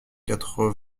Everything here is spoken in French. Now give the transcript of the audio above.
quatre